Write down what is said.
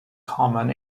common